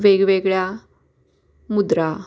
वेगवेगळ्या मुद्रा